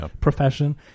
profession